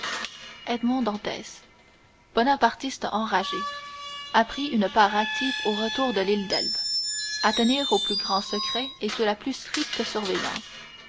bonapartiste enragé a pris une part active au retour de l'île d'elbe à tenir au plus grand secret et sous la plus stricte surveillance